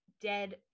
dead